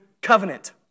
covenant